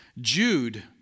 Jude